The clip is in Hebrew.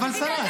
מי השר?